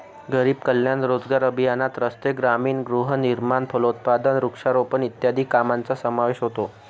गरीब कल्याण रोजगार अभियानात रस्ते, ग्रामीण गृहनिर्माण, फलोत्पादन, वृक्षारोपण इत्यादी कामांचा समावेश होतो